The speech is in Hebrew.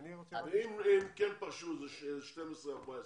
אבל אם כן פרשו 12, 14